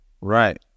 right